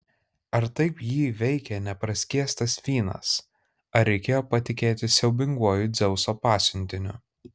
ar taip jį veikė nepraskiestas vynas ar reikėjo patikėti siaubinguoju dzeuso pasiuntiniu